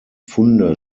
funde